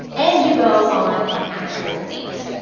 and you go on an actual date.